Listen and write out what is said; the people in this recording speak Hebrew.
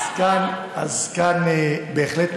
כאן בהחלט,